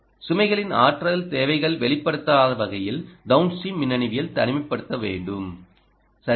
சுமைகளின் ஆற்றல் தேவைகள் வெளிப்படுத்தப்படாத வகையில் டவுன்ஸ்டிரீம் மின்னணுவியல் தனிமைப்படுத்தப்பட வேண்டும் சரியா